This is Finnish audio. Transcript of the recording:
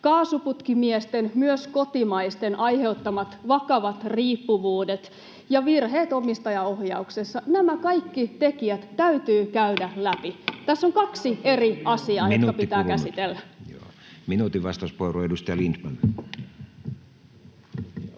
kaasuputkimiesten, myös kotimaisten, aiheuttamat vakavat riippuvuudet ja virheet omistajaohjauksessa — nämä kaikki tekijät täytyy käydä läpi. Tässä on kaksi eri asiaa, [Puhemies: Minuutti kulunut!] jotka pitää käsitellä. Minuutin vastauspuheenvuoro, edustaja Lindtman.